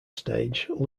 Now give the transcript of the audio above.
stage